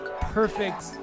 perfect